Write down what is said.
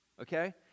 Okay